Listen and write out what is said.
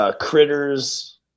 critters